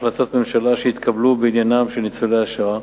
החלטות ממשלה שהתקבלו בעניינם של ניצולי השואה,